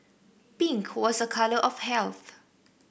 pink was a colour of health